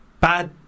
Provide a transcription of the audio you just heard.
Bad